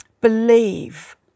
believe